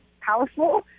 powerful